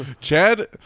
Chad